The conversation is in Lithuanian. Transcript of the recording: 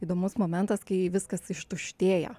įdomus momentas kai viskas ištuštėja